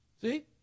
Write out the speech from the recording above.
See